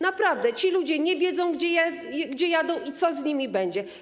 Naprawdę, ci ludzie nie wiedzą, gdzie jadą, ani co z nimi będzie.